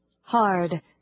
hard